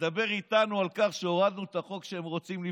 מדבר איתנו על כך שהורדנו את החוק שהם רוצים,